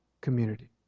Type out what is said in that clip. community